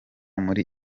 muri